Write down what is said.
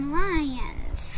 lions